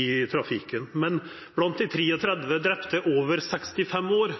i trafikken, men blant dei 33 drepne over 65 år